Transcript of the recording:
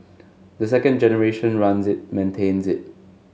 the second generation runs it maintains it